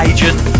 Agent